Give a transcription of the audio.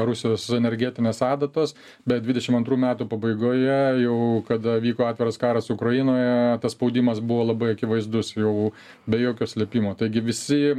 rusijos energetinės adatos bet dvidešim antrų metų pabaigoje jau kada vyko atviras karas ukrainoje tas spaudimas buvo labai akivaizdus jau be jokio slėpimo taigi visi